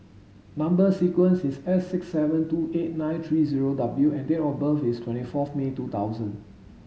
number sequence is S six seven two eight nine three zero W and date of birth is twenty forth May two thousand